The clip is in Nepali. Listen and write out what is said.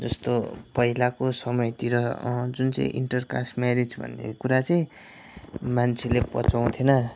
जस्तो पहिलाको समयतिर जुन चाहिँ इन्टरकास्ट म्यारिज भन्ने कुरा चाहिँ मान्छेले पचाउँथेन